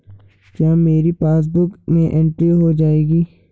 क्या मेरी पासबुक में एंट्री हो जाएगी?